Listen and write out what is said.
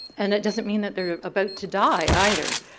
and it doesn't mean that they're about to die either.